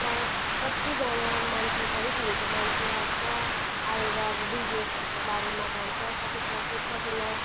क कत्तिजना मान्छेले थरी थरीको मान्छे आउँछ आएर अब बिजनेसहरूको बारेमा भन्छ कति प्रफिट कति लस